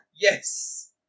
Yes